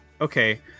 Okay